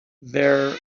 there